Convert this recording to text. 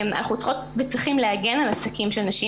אנחנו צריכות וצריכים להגן על עסקים של נשים